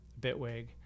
bitwig